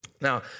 Now